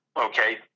Okay